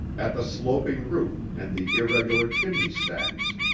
at the sloping roof and the irregular chimney-stacks.